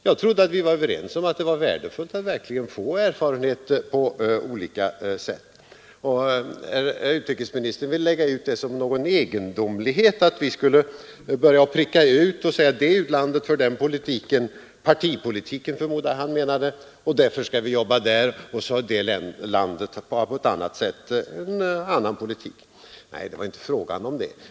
Jag trodde att vi var överens om att det var värdefullt att verkligen få erfarenhet på olika sätt. Herr utrikesministern vill lägga ut det som någon egendomlighet; att vi skulle vilja peka ut olika u-länder och säga att det landet för den politiken — partipolitiken förmodar jag herr Wickman menade — och därför skall vi jobba där, och det andra landet för en annan politik osv. Nej, herr Wickman, det är inte fråga om det.